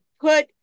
put